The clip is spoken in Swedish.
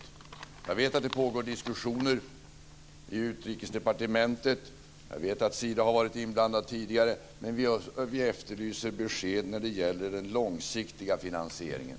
Jag vet att det pågår diskussioner i Utrikesdepartementet. Jag vet att Sida har varit inblandat tidigare, men vi efterlyser besked när det gäller den långsiktiga finansieringen.